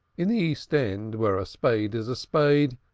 in the east end, where a spade is a spade,